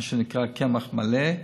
מה שנקרא קמח מלא,